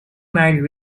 married